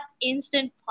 instant